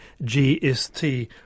GST